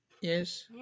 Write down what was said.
Yes